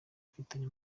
afitanye